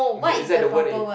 is that is that the word that you